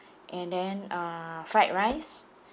and then uh fried rice